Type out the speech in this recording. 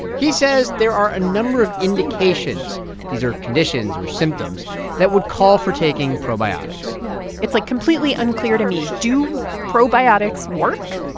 he says there are a number of indications these are conditions or symptoms that would call for taking probiotics it's, like, completely unclear to me. do probiotics work?